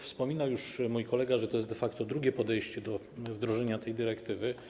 Wspominał już mój kolega, że to jest de facto drugie podejście do wdrożenia tej dyrektywy.